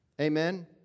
Amen